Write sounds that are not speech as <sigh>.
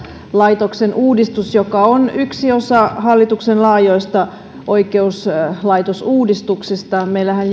syyttäjälaitoksen uudistus joka on yksi osa hallituksen laajoista oikeuslaitosuudistuksista meillähän <unintelligible>